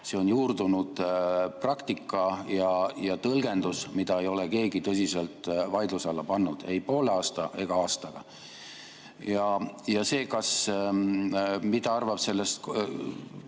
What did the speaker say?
See on juurdunud praktika ja tõlgendus, mida ei ole keegi tõsiselt vaidluse alla pannud ei poole aasta ega aastaga. Ja see, mida arvab konkreetne